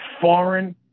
foreign